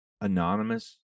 anonymous